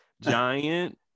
giant